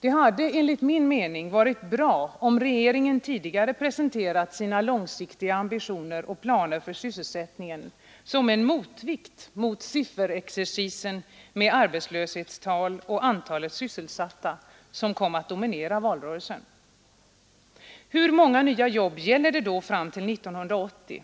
Det hade enligt min mening varit bra om regeringen tidigare presenterat sina långsiktiga ambitioner och planer för sysselsättningen som en motvikt till sifferexercisen med arbetslöshetstal och antalet sysselsatta som kom att dominera valrörelsen. Hur många nya jobb gäller det då fram till 1980?